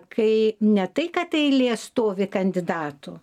kai ne tai kad eilė stovi kandidatų